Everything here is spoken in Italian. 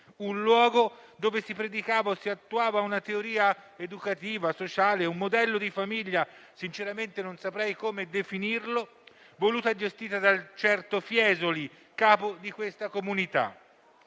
un luogo dove si predicava o si attuava una teoria educativa, sociale, un modello di famiglia - sinceramente non saprei come definirlo - voluto e gestito da un certo Fiesoli, capo di quella comunità.